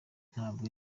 ntabwo